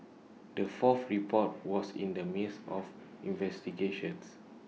the fourth report was in the midst of investigations